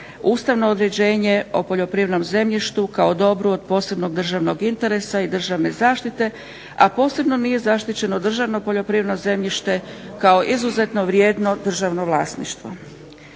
ustavno određenje o poljoprivrednom zemljištu kao dobru od posebnog državnog interesa i državne zaštite, a posebno nije zaštićeno državno poljoprivredno zemljište kao izuzetno vrijedno državno vlasništvo.